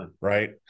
Right